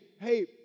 hey